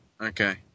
okay